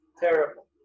Terrible